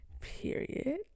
period